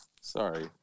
Sorry